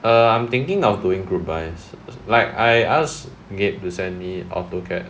err I'm thinking of doing group buys like I ask gab to send me auto cap